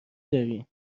داری